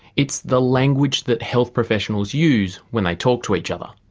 it's the language that health professionals use when they talk to each other.